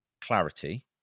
clarity